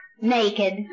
naked